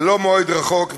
ולא מועד רחוק,